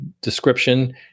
description